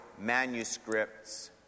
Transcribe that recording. manuscripts